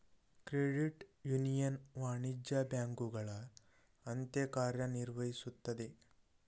credit union ವಾಣಿಜ್ಯ ಬ್ಯಾಂಕುಗಳ ಅಂತೆ ಕಾರ್ಯ ನಿರ್ವಹಿಸುತ್ತದೆ